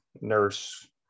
nurse